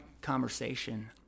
conversation